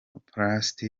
bukoreshwa